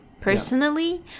personally